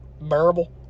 bearable